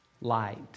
light